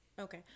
Okay